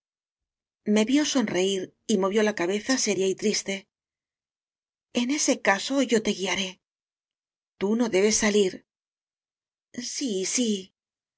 me vió sonreir y movió la cabeza seria y triste en ese caso yo te guiaré tú no debes salir sí sí